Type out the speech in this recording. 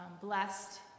Blessed